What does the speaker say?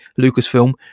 Lucasfilm